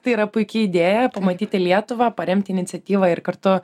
tai yra puiki idėja pamatyti lietuvą paremti iniciatyvą ir kartu